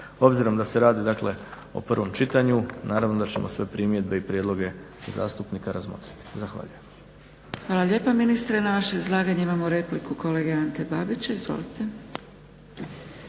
Obzirom da se radi dakle o prvom čitanju naravno da ćemo sve primjedbe i prijedloge zastupnika razmotriti. Zahvaljujem. **Zgrebec, Dragica (SDP)** Hvala lijepa ministre. Na vaše izlaganje imamo repliku kolege Ante Babića. Izvolite.